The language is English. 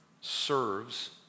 serves